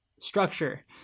structure